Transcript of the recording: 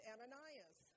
Ananias